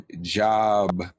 job